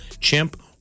chimp